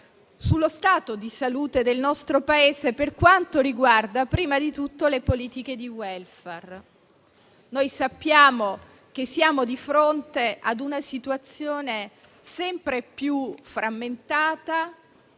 sullo stato di salute del nostro Paese, per quanto riguarda le politiche di *welfare*. Noi sappiamo che siamo di fronte ad una situazione sempre più frammentata,